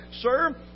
Sir